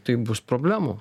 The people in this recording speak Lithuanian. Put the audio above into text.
tai bus problemų